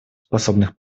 способных